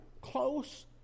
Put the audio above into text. close